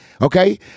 Okay